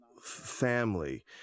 family